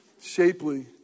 shapely